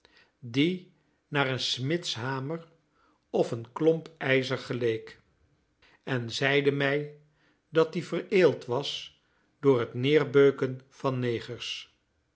die naar een smidshamer of een klomp ijzer geleek en zeide mij dat die vereelt was door het neerbeuken van negers